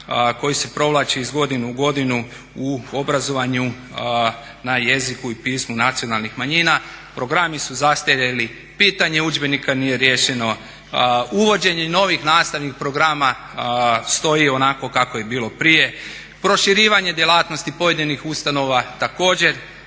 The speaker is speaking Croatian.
koji se provlače iz godine u godinu u obrazovanju na jeziku i pismu nacionalnih manjina. Programi su zastarjeli, pitanje udžbenika nije riješeno, uvođenje novih nastavnih programa stoji onako kako je bilo prije. Proširivanje djelatnosti pojedinih ustanova, također